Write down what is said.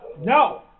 no